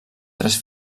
tres